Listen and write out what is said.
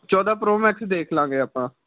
ਚੌਦਾਂ pro max ਦੇਖ ਲਵਾਂਗੇ ਆਪਾਂ ਜਾਂ